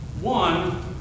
One